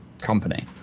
company